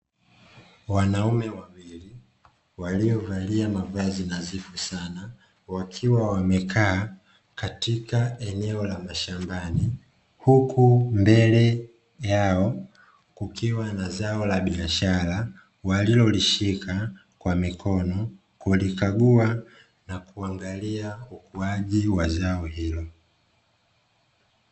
Wanaume wawili waliovalia mavazi nadhifu Sana, wakiwa wamekaa katika eneo la mashambani, huku mbele yao kukiwa na zao la biashara walilolishika kwa mikono kulikagua na kuangalia, ukuaji wa zao hilo.